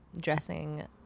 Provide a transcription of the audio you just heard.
dressing